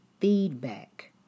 feedback